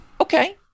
Okay